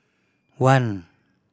one